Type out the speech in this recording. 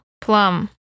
Plum